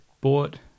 bought